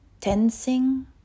tensing